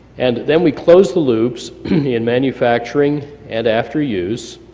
and then we close the loops in manufacturing and after use,